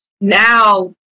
now